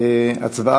עברה,